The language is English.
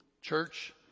Church